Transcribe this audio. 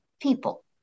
People